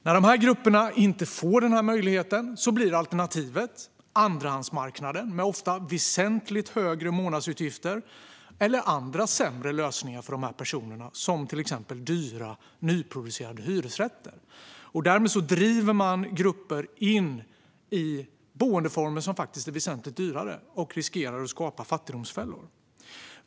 När dessa grupper inte får denna möjlighet blir alternativet andrahandsmarknaden, med ofta väsentligt högre månadsutgifter, eller andra sämre lösningar, till exempel dyra nyproducerade hyresrätter. Därmed drivs grupper in i boendeformer som är väsentligt dyrare och riskerar att skapa fattigdomsfällor.